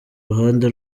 ruhande